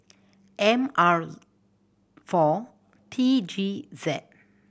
M R four T G Z